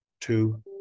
two